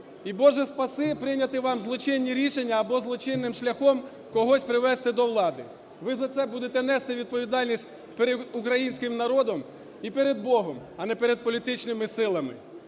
І, Боже, спаси, прийняти вам злочинні рішення або злочинним шляхом когось привести до влади. Ви за це будете нести відповідальність перед українським народом і перед Богом, а не перед політичними силами.